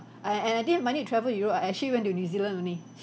err and I didn't have money to travel europe I actually went to new zealand only